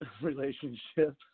relationship